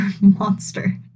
monster